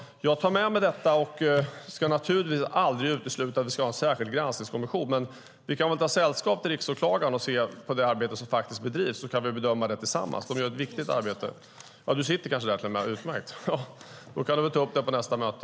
Jag tar med mig detta och ska naturligtvis aldrig utesluta att det ska vara en särskild granskningskommission. Vi kan ha sällskap till Riksåklagaren och se på det arbete som bedrivs så kan vi bedöma det tillsammans. Det är ett viktigt arbete. Jag hör att du sitter där till och med. Det är utmärkt, för då kan du ta upp det på nästa möte.